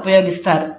ఉపయోగిస్తారు